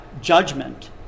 judgment